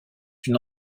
une